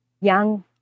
young